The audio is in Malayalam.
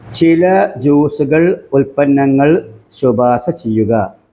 ചില ജ്യൂസുകൾ ഉൽപ്പന്നങ്ങൾ ശുപാർശ ചെയ്യുക